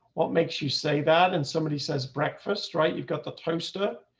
what makes you say that, and somebody says breakfast right you've got the toaster.